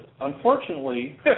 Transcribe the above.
unfortunately